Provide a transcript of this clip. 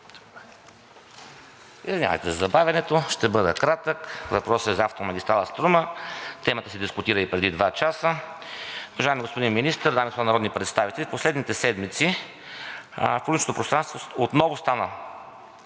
Извинявайте за забавянето. Ще бъда кратък. Въпросът е за автомагистрала „Струма“. Темата се дискутира и преди два часа. Уважаеми господин Министър, дами и господа народни представители! В последните седмици в публичното пространство отново стана